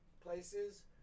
places –